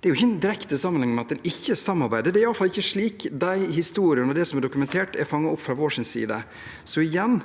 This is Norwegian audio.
Det er jo ikke en direkte sammenheng med at en ikke samarbeider. Det er i alle fall ikke slik de historiene og det som er dokumentert, er fanget opp fra vår side. Så igjen: